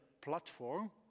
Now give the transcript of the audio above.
platform